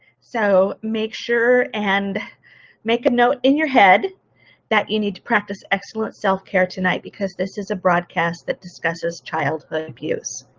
so make sure and make a note in your head that you need to practice excellent self care tonight because this is a broadcast that discusses childhood abuse.